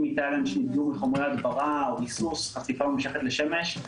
מתאילנד שנחשפו לחומרי הדברה או ריסוס וחשיפה ממושכת לשמש,